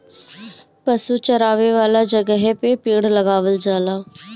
पशु चरावे वाला जगहे पे पेड़ लगावल जाला